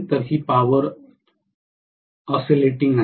तर ही power oscillating आहे